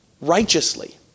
righteously